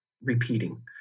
repeating